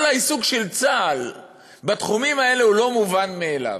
כל העיסוק של צה"ל בתחומים האלה הוא לא מובן מאליו.